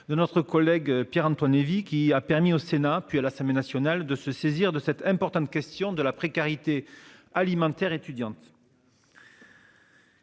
de notre collègue Pierre-Antoine Levi, qui a permis au Sénat puis à l'Assemblée nationale de se saisir de cette importante question de la précarité alimentaire étudiante.